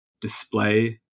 display